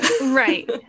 Right